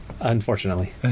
Unfortunately